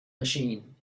machine